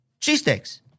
Cheesesteaks